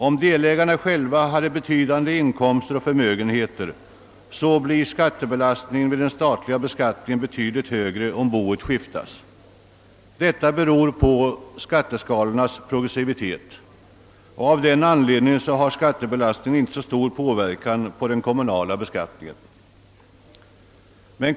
Om delägarna har betydande inkomster och förmögenhet tidigare blir alltså skattebelastningen vid den statliga beskattningen betydligt större om boet skiftas. Detta beror på skatteskalornas progressivitet. Av den anledningen har skattebelastningen inte så stor inverkan på den kommunala beskattningen.